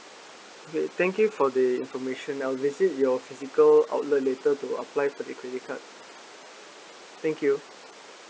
okay thank you for the information I'll visit your physical outlet later to apply for the credit card thank you